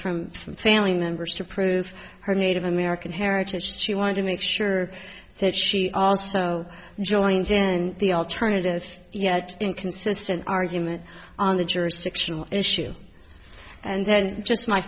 from from family members to prove her native american heritage she wanted to make sure that she also joined and the alternative yet inconsistent argument on the jurisdictional issue and then just my